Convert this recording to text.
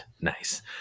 Nice